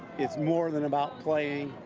it's more than about playing.